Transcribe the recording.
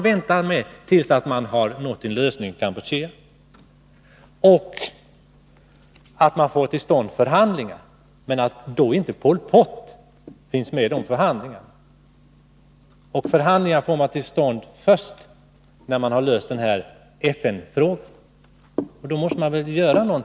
Vidare gäller det att få till stånd förhandlingar, men utan Pol Pot.